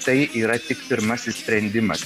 tai yra tik pirmasis sprendimas